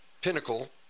pinnacle